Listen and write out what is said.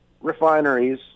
refineries